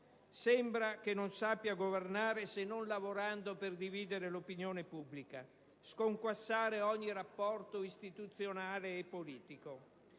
sembra che non sappia governare se non lavorando per dividere l'opinione pubblica e sconquassare ogni rapporto istituzionale e politico,